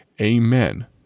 Amen